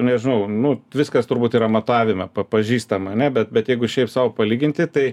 nežinau nu viskas turbūt yra matavime pažįstama ane bet bet jeigu šiaip sau palyginti tai